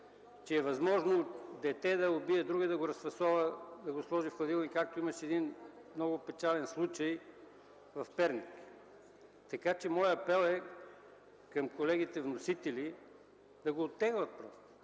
че е възможно дете да убие друго, да го разфасова и да го сложи в хладилник, както имаше един много печален случай в Перник. Моят апел към колегите вносители е да го оттеглят.